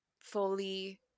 fully